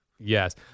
Yes